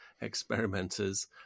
experimenters